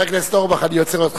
חבר הכנסת אורבך, אני עוצר אותך.